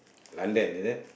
London is it